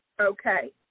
Okay